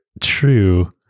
true